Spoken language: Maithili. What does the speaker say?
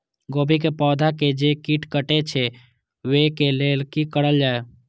गोभी के पौधा के जे कीट कटे छे वे के लेल की करल जाय?